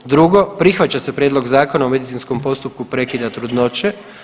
1. Prihvaća se Prijedlog zakona o medicinskom postupku prekida trudnoće.